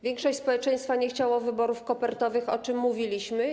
Większość społeczeństwa nie chciała wyborów kopertowych, o czym mówiliśmy.